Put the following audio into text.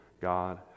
God